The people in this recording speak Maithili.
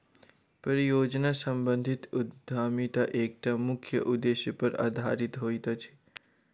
परियोजना सम्बंधित उद्यमिता एकटा मुख्य उदेश्य पर आधारित होइत अछि